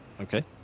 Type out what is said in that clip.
Okay